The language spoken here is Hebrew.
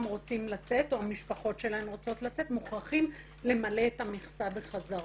רוצים לצאת או המשפחות שלהם רוצות לצאת מוכרחים למלא את המכסה בחזרה.